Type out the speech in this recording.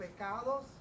pecados